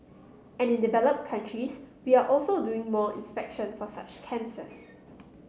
and in developed countries we are also doing more inspection for such cancers